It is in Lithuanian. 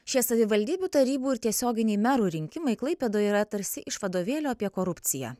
šie savivaldybių tarybų ir tiesioginiai merų rinkimai klaipėdoje yra tarsi iš vadovėlio apie korupciją